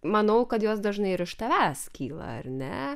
manau kad jos dažnai ir iš tavęs kyla ar ne